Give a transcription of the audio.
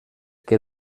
que